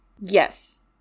Yes